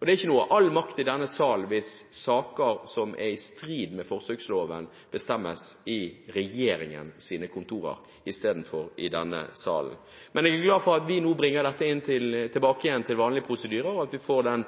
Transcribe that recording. Og det er ikke noe «all makt i denne sal» hvis saker som er i strid med forsøksloven, bestemmes i regjeringens kontorer istedenfor i denne salen. Men jeg er glad for at vi nå bringer dette tilbake igjen til vanlige prosedyrer, og at vi får den